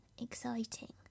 Exciting